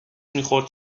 میخورد